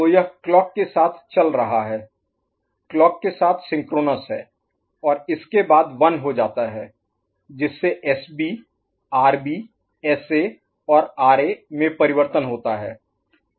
तो यह क्लॉक के साथ चल रहा है क्लॉक के साथ सिंक्रोनस है और इसके बाद 1 हो जाता है जिससे एसबी आरबी एसए और आरए में परिवर्तन होता है